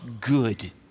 good